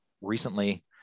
recently